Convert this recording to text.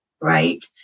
right